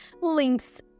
links